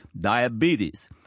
diabetes